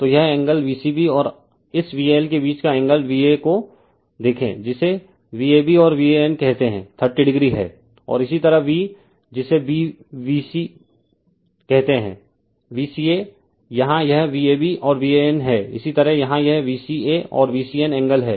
तो यह angle V c b और इस VL के बीच का एंगल V a को देखें जिसे Vab और VAN कहते हैं 30o है और इसी तरह V जिसे b V c कहते हैं V c a यहाँ यह Vab और VAN है इसी तरह यहाँ यह V c a और VCN एंगल है